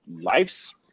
life's